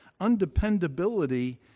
undependability